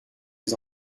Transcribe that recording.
les